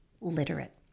literate